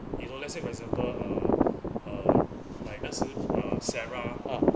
you know let's say for example um uh like 那次 uh sarah